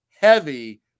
heavy